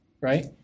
right